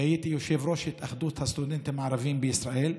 והייתי יושב-ראש התאחדות הסטודנטים הערבים בישראל,